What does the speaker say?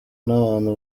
n’abantu